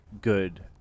good